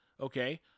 okay